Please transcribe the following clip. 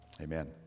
amen